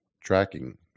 tracking